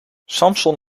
samson